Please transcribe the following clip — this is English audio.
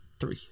three